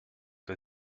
the